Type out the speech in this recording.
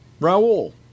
Raul